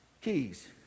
keys